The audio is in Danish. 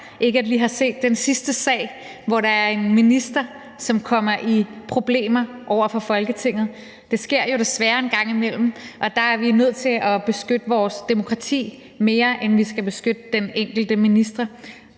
ikke, at vi har set den sidste sag, hvor der en minister, som kommer i problemer over for Folketinget. Det sker jo desværre en gang imellem, og der er vi nødt til at beskytte vores demokrati mere, end vi skal beskytte den enkelte minister,